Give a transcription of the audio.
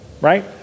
right